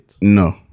No